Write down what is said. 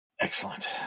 Excellent